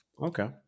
Okay